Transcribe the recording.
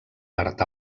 part